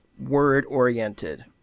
word-oriented